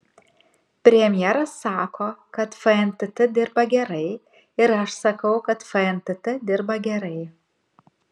premjeras sako kad fntt dirba gerai ir aš sakau kad fntt dirba gerai